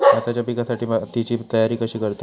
भाताच्या पिकासाठी मातीची तयारी कशी करतत?